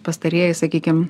pastarieji sakykim